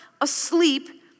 asleep